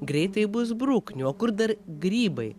greitai bus bruknių o kur dar grybai